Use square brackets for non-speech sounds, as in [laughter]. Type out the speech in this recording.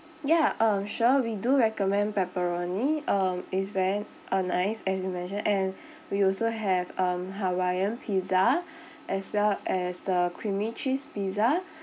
ya uh sure we do recommend pepperoni um it's very uh nice and and we also have um hawaiian pizza [breath] as well as the creamy cheese pizza